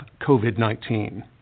COVID-19